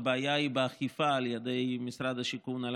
הבעיה היא באכיפה של משרד השיכון על